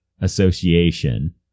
association